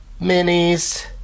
minis